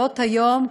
שבו הן מגודלות היום,